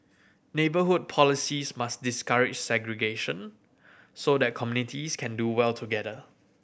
neighbourhood policies must discourage segregation so that communities can do well together